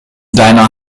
deiner